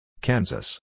Kansas